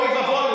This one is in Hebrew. אוי ואבוי,